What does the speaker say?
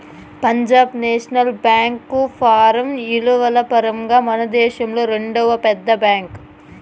Punjab national bank యాపారం ఇలువల పరంగా మనదేశంలో రెండవ పెద్ద బ్యాంక్